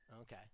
Okay